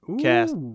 cast